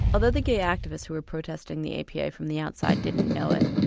although the gay activists who were protesting the apa from the outside didn't know it,